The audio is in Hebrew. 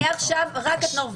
מעכשיו רק את נורבגיה.